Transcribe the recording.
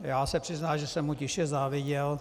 Já se přiznám, že jsem mu tiše záviděl.